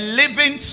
living